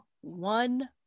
one